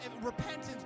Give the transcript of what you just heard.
repentance